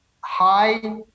high